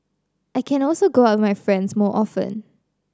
I can also go out with my friends more often